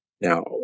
Now